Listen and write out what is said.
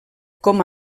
com